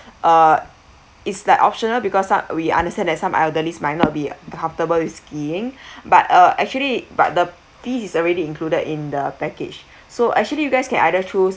uh it's like optional because ah we understand that some elderlies might not be comfortable with skiing but uh actually but the this is already included in the package so actually you guys can either choose